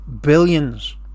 billions